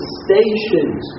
stations